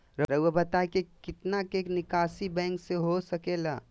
रहुआ बताइं कि कितना के निकासी बैंक से हो सके ला?